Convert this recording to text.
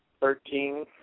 Thirteen